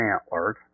antlers